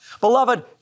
Beloved